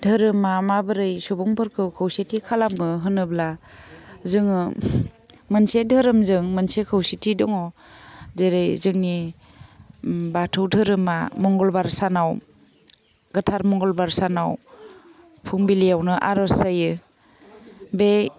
धोरोमा माबोरै सुबुंफोरखौ खौसेथि खालामो होनोब्ला जोङो मोनसे धोरोमजों मोनसे खौसेथि दङ जेरै जोंनि ओम बाथौ धोरोमा मंगलबार सानाव गोथार मंगलबार सानाव फुंबिलियावनो आर'ज जायो बे